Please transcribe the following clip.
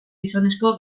gizonezko